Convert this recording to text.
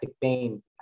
pain